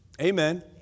Amen